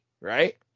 right